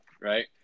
right